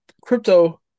Crypto